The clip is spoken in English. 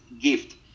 gift